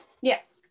Yes